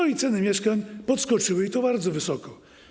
I ceny mieszkań podskoczyły, i to bardzo wysoko.